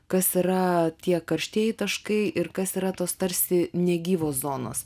kas yra tie karštieji taškai ir kas yra tos tarsi negyvos zonos